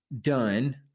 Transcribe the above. done